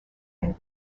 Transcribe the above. and